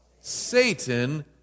Satan